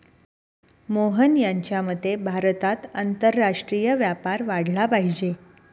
मोहन यांच्या मते भारतात आंतरराष्ट्रीय व्यापार वाढला पाहिजे